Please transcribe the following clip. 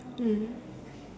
mm